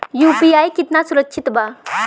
UPI कितना सुरक्षित बा?